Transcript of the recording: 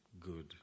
good